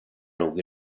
nog